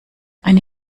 eine